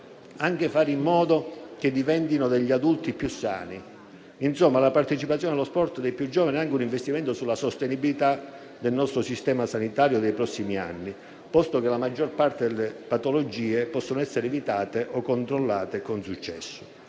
anche fare in modo che diventino degli adulti più sani. Insomma, la partecipazione allo sport dei più giovani è anche un investimento sulla sostenibilità del nostro sistema sanitario nei prossimi anni, posto che la maggior parte delle patologie possono essere evitate o controllate con successo.